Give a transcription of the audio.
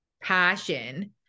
passion